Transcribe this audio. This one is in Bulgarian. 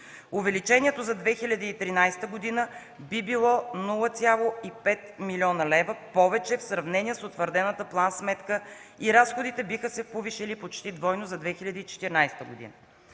Увеличението за 2013 г. би било с 0,5 млн.лв. повече в сравнение с утвърдената план-сметка и разходите биха се повишили почти двойно за 2014 г.